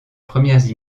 premières